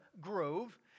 Grove